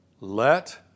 Let